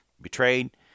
betrayed